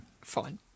Fine